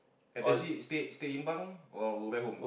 F_T_C stay stay in bunk or go back home